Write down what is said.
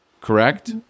correct